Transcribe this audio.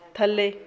ਥੱਲੇ